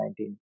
2019